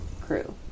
crew